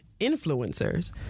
influencers